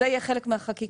זה יהיה חלק מהחקיקה.